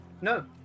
No